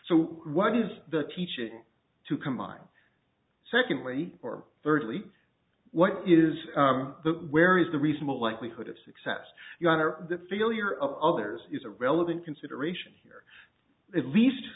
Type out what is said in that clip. so what is the teaching to combine secondly or thirdly what is the where is the reasonable likelihood of success you want or that failure of others is a relevant consideration here at least